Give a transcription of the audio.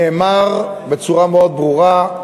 נאמר בצורה מאוד ברורה,